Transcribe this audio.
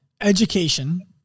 education